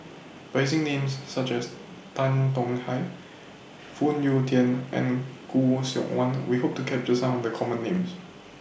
By using Names such as Tan Tong Hye Phoon Yew Tien and Khoo Seok Wan We Hope to capture Some of The Common Names